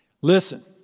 Listen